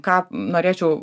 ką norėčiau